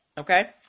Okay